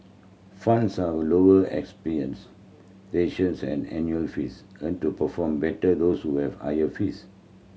funds lower expense ratios and annual fees tend to perform better those with higher fees